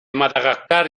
madagascar